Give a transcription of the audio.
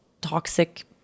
toxic